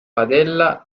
padella